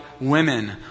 women